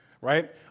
right